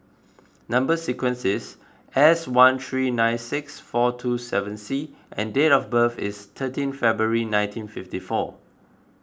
Number Sequence is S one three nine six four two seven C and date of birth is thirteen February nineteen fifty four